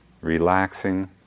relaxing